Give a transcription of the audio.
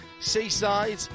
seaside